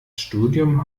studium